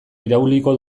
irauliko